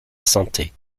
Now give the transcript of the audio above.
santé